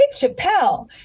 Chappelle